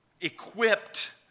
equipped